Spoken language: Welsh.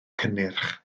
cynnyrch